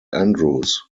andrews